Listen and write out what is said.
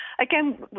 Again